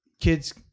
Kids